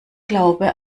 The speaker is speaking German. glaube